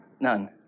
none